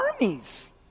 armies